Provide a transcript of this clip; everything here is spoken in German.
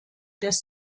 des